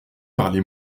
parlez